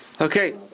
Okay